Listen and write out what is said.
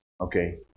Okay